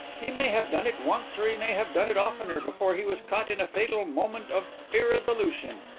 he may have done it once or he may have done it oftener before he was caught in a fatal moment of irresolution.